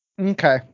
Okay